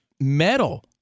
metal